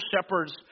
shepherds